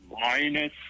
Minus